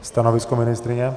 Stanovisko ministryně?